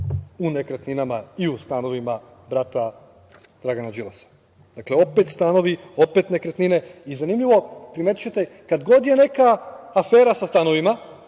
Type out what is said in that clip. u nekretninama i u stanovima brata Dragana Đilasa. Dakle, opet stanovi, opet nekretnine i zanimljivo primetićete kad god je neka afera sa stanovima,